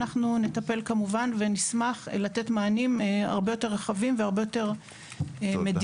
אנחנו נטפל כמובן ונשמח לתת מענים הרבה יותר רחבים והרבה יותר מדינתיים.